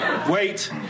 Wait